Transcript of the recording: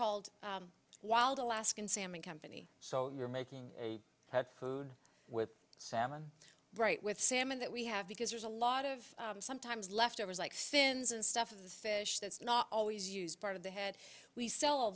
called wild alaskan salmon company so you're making her food with salmon right with salmon that we have because there's a lot of sometimes left overs like fins and stuff of the fish that's not always used part of the head we sell a